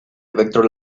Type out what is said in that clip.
vector